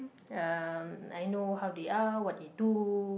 uh I know how they are what they do